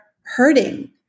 hurting